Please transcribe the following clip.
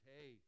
Hey